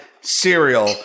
Cereal